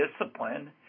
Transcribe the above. discipline